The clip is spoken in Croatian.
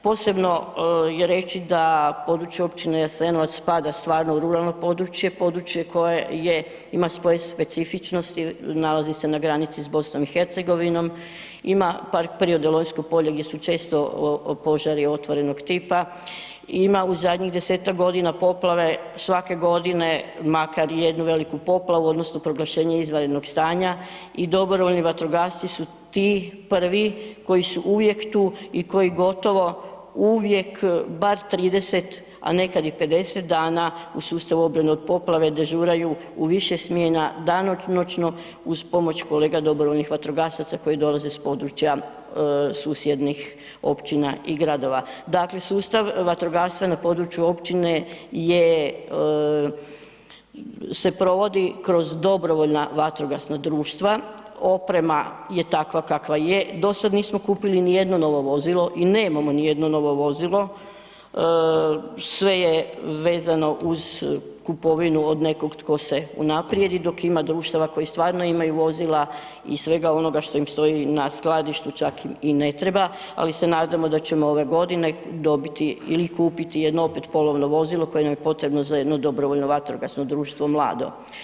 Posebno je reći da područje općine Jasenovac spada stvarno u ruralno područje, područje koje je, ima svoje specifičnosti, nalazi se na granici s BiH, ima park prirode Lonjsko polje gdje su često požari otvorenog tipa, ima u zadnjih 10-tak godina poplave, svake godine makar jednu veliku poplavu odnosno proglašenje izvanrednog stanja i dobrovoljni vatrogasci su ti prvi koji su uvijek tu i koji gotovo uvijek bar 30, a nekad i 50 dana u sustavu obrane od poplave dežuraju i više smjena danonoćno uz pomoć kolega dobrovoljnih vatrogasaca koji dolaze s područja susjednih općina i gradova, dakle sustav vatrogastva na području općine je, se provodi kroz DVD, oprema je takva kakva je, do sad nismo kupili nijedno novo vozilo i nemamo nijedno novo vozilo, sve je vezano uz kupovinu od nekog tko se unaprijedi, dok ima društava koji stvarno imaju vozila i svega onoga što im stoji na skladištu čak i ne treba, ali se nadamo da ćemo ove godine dobiti ili kupiti jedno opet polovno vozilo koje nam je potrebno za jedno DVD mlado.